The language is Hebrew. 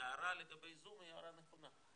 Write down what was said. וההערה לגבי הזום היא הערה נכונה.